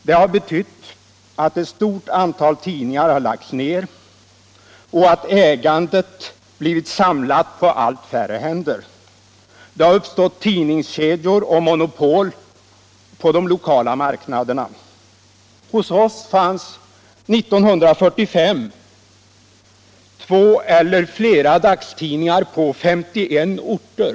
Det har betytt att ett stort antal tidningar lagts ner och att ägandet blivit samlat på allt färre händer. Det har uppstått tidningskedjor och monopol på de lokala marknaderna. Hos oss fanns det 1945 två eller fler dagstidningar på 51 orter.